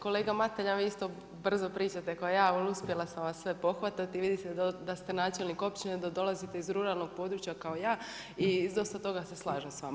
Kolega Mateljan vi isto brzo pričate ko ja, ali uspjela sam vas sve pohvatati, vidi da ste načelnik općine da dolazite iz ruralnog područja kao ja i s dosta toga se slažem s vama.